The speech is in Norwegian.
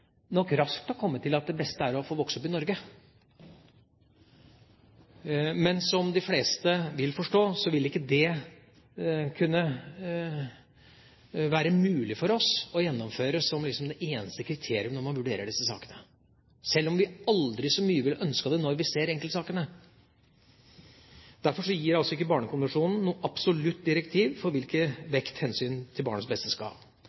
er å få vokse opp i Norge. Men som de fleste vil forstå, vil det ikke være mulig for oss å gjennomføre dette som det eneste kriterium når man vurderer disse sakene – sjøl om vi aldri så mye ville ønsket det når vi ser enkeltsakene. Derfor gir altså ikke barnekonvensjonen noe absolutt direktiv for hvilken vekt hensynet til barnets beste